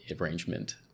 arrangement